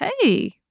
hey